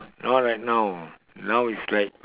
no right now now is right